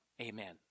Amen